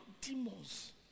demons